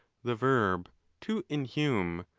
the verb to inhume,